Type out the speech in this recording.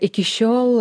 iki šiol